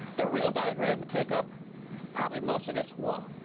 the real diagram would take up probably most of this wall.